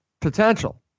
potential